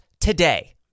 today